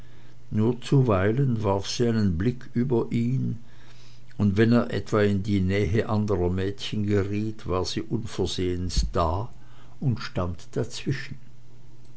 nur zuweilen warf sie einen blick über ihn und wenn er etwa in die nähe anderer mädchen geriet war sie unversehens da und stand dazwischen